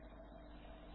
dl00ddtE